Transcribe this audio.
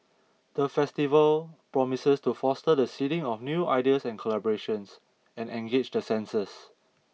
the festival promises to foster the seeding of new ideas and collaborations and engage the senses